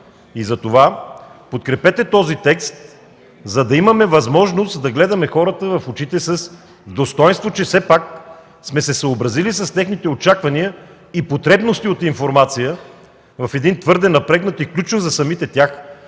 Затова подкрепете този текст, за да имаме възможност да гледаме хората в очите с достойнство, че все пак сме се съобразили с техните очаквания и потребности от информация в един твърде напрегнат и ключов за самите тях